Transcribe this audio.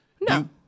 No